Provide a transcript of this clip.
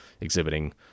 exhibiting